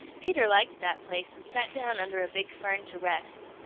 peter liked that place and sat down under a big fern to rest.